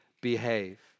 behave